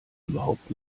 überhaupt